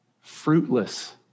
fruitless